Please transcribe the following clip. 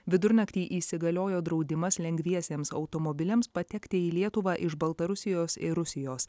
vidurnaktį įsigaliojo draudimas lengviesiems automobiliams patekti į lietuvą iš baltarusijos ir rusijos